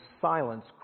silence